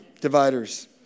dividers